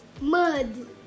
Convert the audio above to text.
Mud